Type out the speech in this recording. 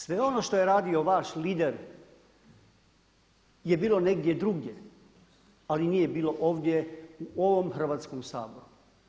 Sve ono što je radio vaš lider je bilo negdje drugdje, ali nije bilo ovdje u ovom Hrvatskom saboru.